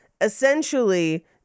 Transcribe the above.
essentially